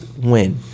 win